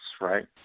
right